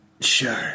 Sure